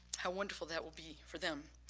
how wonderful that will be for them.